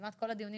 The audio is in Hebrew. כמעט כל הדיונים